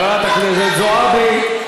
חברת הכנסת זועבי,